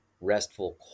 restful